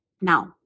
Now